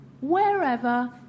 wherever